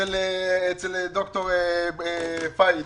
אצל ד"ר פהד.